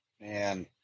man